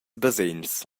basegns